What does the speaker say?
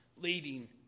leading